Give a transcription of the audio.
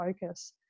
focus